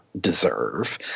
deserve